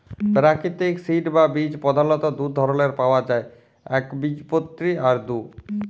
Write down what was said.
পেরাকিতিক সিড বা বীজ পধালত দু ধরলের পাউয়া যায় একবীজপত্রী আর দু